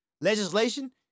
legislation